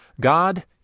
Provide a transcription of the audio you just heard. God